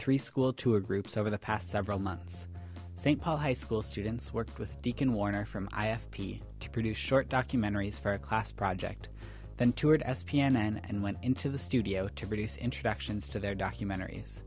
three school tour groups over the past several months st paul high school students worked with deacon warner from i f b to produce short documentaries for a class project then toured s p n and went into the studio to produce introductions to their documentaries